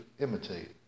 imitate